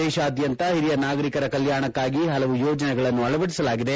ದೇಶಾದ್ಯಂತ ಹಿರಿಯ ನಾಗರೀಕರ ಕಲ್ಯಾಣಕ್ಕಾಗಿ ಹಲವು ಯೋಜನೆಗಳನ್ನು ಅಳವಡಿಸಲಾಗಿದೆ